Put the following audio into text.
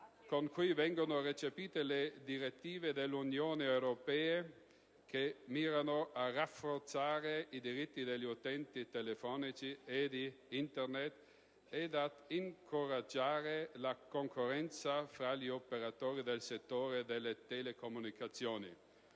con cui vengono recepite le direttive dell'Unione europea che mirano a rafforzare i diritti degli utenti telefonici e di Internet e ad incoraggiare la concorrenza fra gli operatori del settore delle telecomunicazioni.